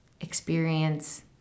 experience